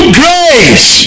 grace